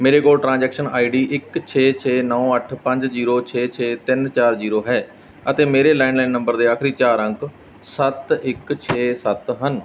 ਮੇਰੇ ਕੋਲ transaction ID ਇੱਕ ਛੇ ਛੇ ਨੌਂ ਅੱਠ ਪੰਜ ਜ਼ੀਰੋ ਛੇ ਛੇ ਤਿੰਨ ਚਾਰ ਜ਼ੀਰੋ ਹੈ ਅਤੇ ਮੇਰੇ ਲੈਂਡਲਾਈਨ ਨੰਬਰ ਦੇ ਆਖਰੀ ਚਾਰ ਅੰਕ ਸੱਤ ਇੱਕ ਛੇ ਸੱਤ ਹਨ